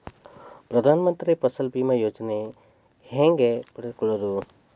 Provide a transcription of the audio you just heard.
ಪ್ರಧಾನ ಮಂತ್ರಿ ಫಸಲ್ ಭೇಮಾ ಯೋಜನೆ ಹೆಂಗೆ ಪಡೆದುಕೊಳ್ಳುವುದು?